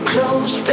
Close